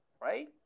Right